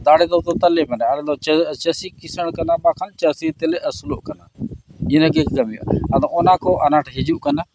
ᱫᱟᱲᱮ ᱫᱚ ᱛᱟᱞᱮ ᱢᱮᱱᱟᱜᱼᱟ ᱟᱞᱮ ᱫᱚ ᱪᱟᱹᱥᱤ ᱠᱤᱥᱟᱹᱬ ᱠᱟᱱᱟ ᱵᱟᱠᱷᱟᱱ ᱪᱟᱹᱥᱤ ᱛᱮᱞᱮ ᱟᱹᱥᱩᱞᱚᱜ ᱠᱟᱱᱟ ᱤᱱᱟᱹᱜᱮ ᱠᱟᱹᱢᱤ ᱟᱫᱚ ᱚᱱᱟ ᱠᱚ ᱟᱱᱟᱴ ᱦᱤᱡᱩᱜ ᱠᱟᱱᱟ